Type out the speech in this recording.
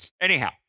Anyhow